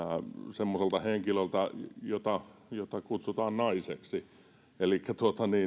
semmoiselta henkilöltä jota kutsutaan naiseksi elikkä